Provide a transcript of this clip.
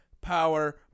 power